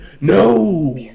NO